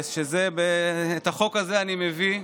את החוק הזה אני מביא,